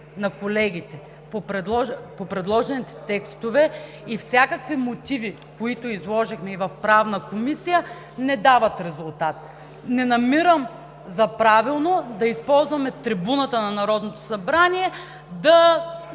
на колегите по предложените текстове и всякаквите мотиви, които изложихме и в Правната комисия, не дават резултат. Не намирам за правилно да използваме трибуната на Народното събрание да